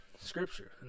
scripture